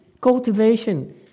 Cultivation